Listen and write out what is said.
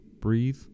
Breathe